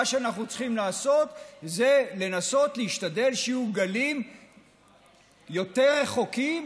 מה שאנחנו צריכים לעשות זה לנסות להשתדל שיהיו גלים יותר רחוקים